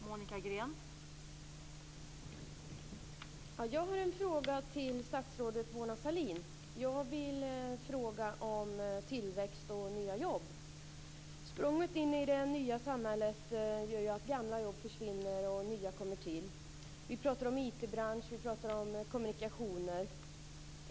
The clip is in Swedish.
Fru talman! Jag har en fråga till statsrådet Mona Sahlin. Jag vill fråga om tillväxt och nya jobb. Språnget in i det nya samhället gör ju att gamla jobb försvinner och nya kommer till. Vi talar om IT branschen och om kommunikationer.